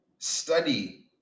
Study